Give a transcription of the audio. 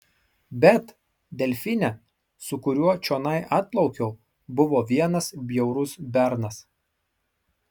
bet delfine su kuriuo čionai atplaukiau buvo vienas bjaurus bernas